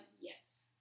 Yes